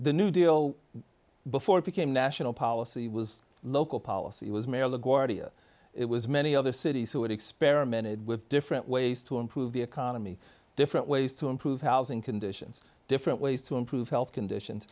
the new deal before it became national policy was local policy was merely guardia it was many other cities who experimented with different ways to improve the economy different ways to improve housing conditions different ways to improve health condition